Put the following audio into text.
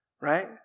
Right